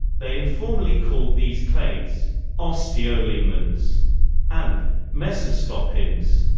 they informally called these clades osteolaemins and mecistopins.